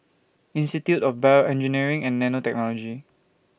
Institute of Bio Engineering and Nanotechnology